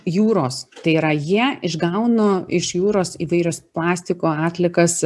jūros tai yra jie išgauna iš jūros įvairios plastiko atliekas